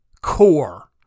core